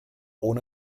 ohne